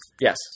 Yes